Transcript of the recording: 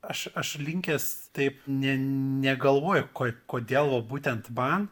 aš aš linkęs taip ne negalvoju ko kodėl būtent man